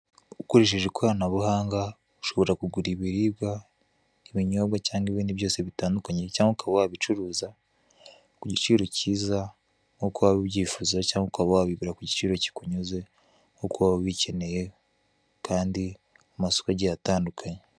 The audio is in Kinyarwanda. Ukoresheje ikoranabuhanga ushobora kugura ibiribwa, ibinyobwa cyangwa ibindi byose bitandukanye cyangwa ukaba wabicuruza ku giciro kiza nk'uko waba ubyifuza cyangwa ukaba wabigura ku giciro kikunyuze nk'uko waba ubikeneye kandi mu masoko agiye atandukanye.